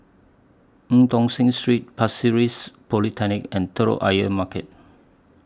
EU Tong Sen Street Pasir Ris and Telok Ayer Market